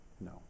No